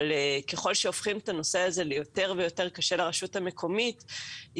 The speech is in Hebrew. אבל ככל שהופכים את הנושא הזה ליותר ויותר קשה לרשות המקומית היא